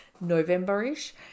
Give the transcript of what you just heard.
November-ish